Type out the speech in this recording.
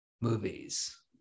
movies